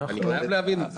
אני חייב להבין את זה.